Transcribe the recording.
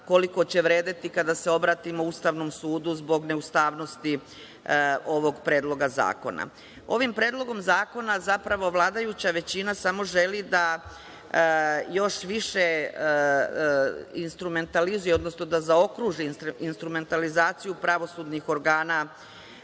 koliko će vredeti kada se obratimo Ustavnom sudu zbog ne ustavnosti ovog predloga zakona. Ovim predlogom zakona vladajuća većina samo želi da još više instrumentalizuje, odnosno da zaokruži instrumentalizaciju pravosudnih organa